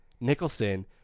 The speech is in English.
Nicholson